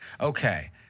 Okay